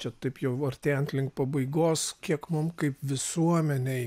čia taip jau artėjant link pabaigos kiek mum kaip visuomenei